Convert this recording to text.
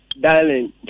Darling